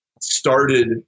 started